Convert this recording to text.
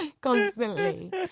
constantly